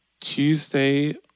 Tuesday